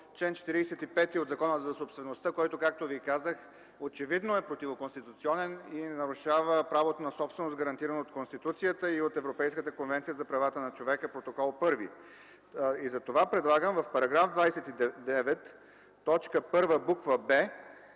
чл. 45 от Закона за собствеността, който както ви казах, очевидно е противоконституционен и нарушава правото на собственост гарантирано от Конституцията и от Европейската конвенция за правата на човека – Протокол № 1. Предлагам в § 29, т.